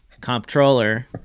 comptroller